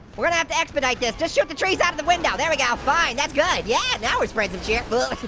we're gonna have to expedite this, just shoot the trees out of the window, there we go, fine, that's good, yeah, now we're spreading some cheer.